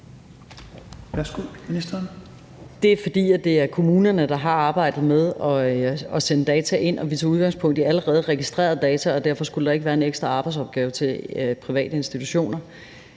Det er, fordi det er kommunerne, der har arbejdet med at sende data ind, og vi tager udgangspunkt i allerede registreret data, og derfor skulle der ikke være en ekstra arbejdsopgave til private institutioner.